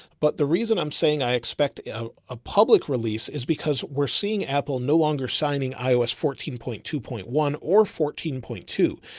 but the reason i'm saying i expect a public release is because we're seeing apple no longer signing ios fourteen point two zero point one or fourteen point two.